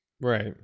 right